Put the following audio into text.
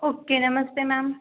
okay नमस्ते ma'am